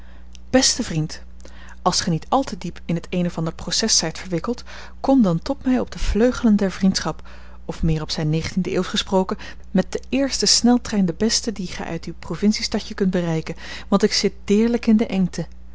beste vriend als gij niet al te diep in t een of ander proces zijt verwikkeld kom dan tot mij op de vleugelen der vriendschap of meer op zijn negentiende eeuwsch gesproken met den eersten sneltrein den besten dien gij uit uw provinciestadje kunt bereiken want ik zit deerlijk in de engte